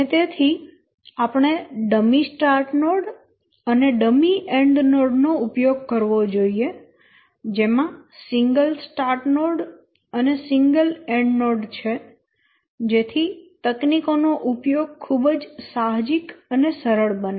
અને તેથી આપણે ડમી સ્ટાર્ટ નોડ અને ડમી એન્ડ નોડ નો ઉપયોગ કરવો જોઈએ જેમાં સિંગલ સ્ટાર્ટ નોડ અને સિંગલ એન્ડ નોડ છે જેથી તકનીકો નો ઉપયોગ ખૂબ જ સાહજિક અને સરળ બને